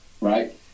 right